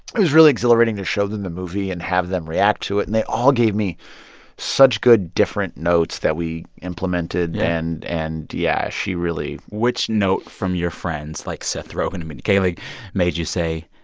it was really exhilarating to show them the movie and have them react to it. and they all gave me such good, different notes that we implemented. and, yeah, she really. which note from your friends like seth rogen and mindy kaling made you say,